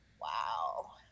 Wow